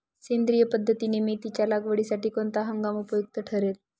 सेंद्रिय पद्धतीने मेथीच्या लागवडीसाठी कोणता हंगाम उपयुक्त ठरेल?